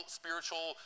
spiritual